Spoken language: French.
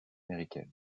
américaines